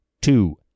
two